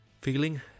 feeling